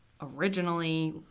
originally